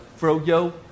Froyo